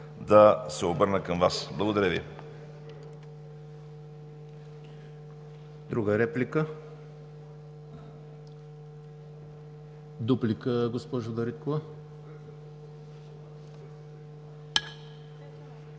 да се обърна към Вас. Благодаря Ви.